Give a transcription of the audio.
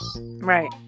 Right